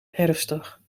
herfstdag